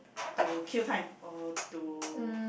to kill time or to